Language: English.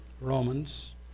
Romans